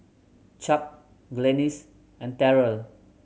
Chuck Glennis and Terrell